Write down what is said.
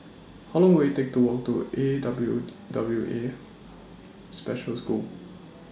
How Long Will IT Take to Walk to A W W A Special School